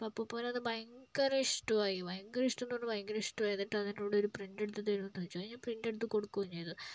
അപ്പൂപ്പനത് ഭയങ്കര ഇഷ്ട്ടുവുമായി ഭയങ്കര ഇഷ്ട്ടം എന്ന് പറഞ്ഞാൽ ഭയങ്കര ഇഷ്ട്ടവായി എന്നിട്ട് അതെന്നോട് ഒരു പ്രിന്റ് എടുത്ത് തരുമോ എന്ന് ചോദിച്ചു അത് ഞാൻ പ്രിന്റ് എടുത്ത് കൊടുക്കുകയും ചെയ്തു